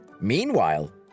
Meanwhile